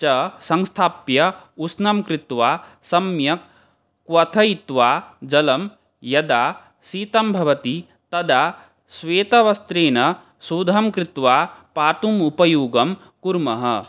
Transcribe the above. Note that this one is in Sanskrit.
च संस्थाप्य उष्णं कृत्वा सम्यक् क्वथयित्वा जलं यदा शीतं भवति तदा श्वेतवस्त्रेण शोधं कृत्वा पातुम् उपयोगं कुर्मः